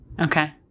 Okay